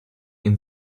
ihn